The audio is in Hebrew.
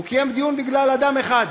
הוא קיים דיון בגלל אדם אחד,